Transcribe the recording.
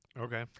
Okay